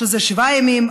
שזה שבעה ימים,